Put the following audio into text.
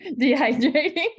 dehydrating